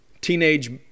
teenage